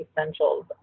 essentials